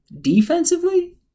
defensively